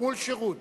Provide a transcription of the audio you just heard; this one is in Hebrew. גמול שירות.